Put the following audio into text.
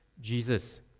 Jesus